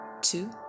two